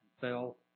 fell